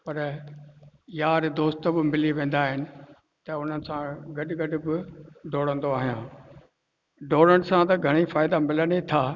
पर यार दोस्त बि मिली वेंदा आहिनि त उन सां गॾु गॾु बि ॾोड़ंदो आहियां ॾोड़ण सां घणनि ई फ़ाइदा मिलनि ई था